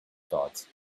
thoughts